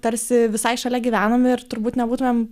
tarsi visai šalia gyvenam ir turbūt nebūtumėm